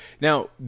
Now